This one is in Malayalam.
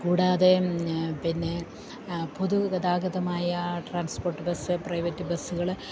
കൂടാതെ പിന്നെ പൊതു ഗതാഗതമായ ട്രാൻസ്പോർട്ട് ബസ്സ് പ്രൈവറ്റ് ബസ്സുകള്